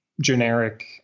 generic